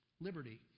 liberty